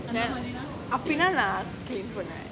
ya அப்பிடின்னு:apidinu clean பண்ணுவேன்:panuvaen